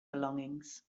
belongings